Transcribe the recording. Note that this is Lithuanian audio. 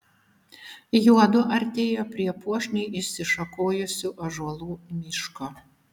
juodu artėjo prie puošniai išsišakojusių ąžuolų miško